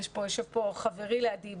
יושב פה חברי לידי,